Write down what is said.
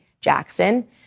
Jackson